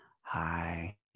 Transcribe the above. hi